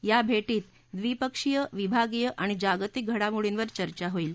या भेटीत द्विपक्षीय विभागीय आणि जागतिक घडामोडींवर चर्चा होईल